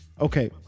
okay